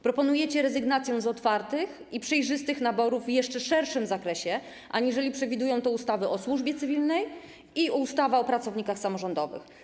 Proponujecie rezygnację z otwartych i przejrzystych naborów i jeszcze w szerszym zakresie aniżeli przewidują to ustawy o służbie cywilnej i ustawa o pracownikach samorządowych.